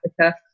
Africa